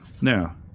Now